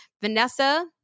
Vanessa